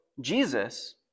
Jesus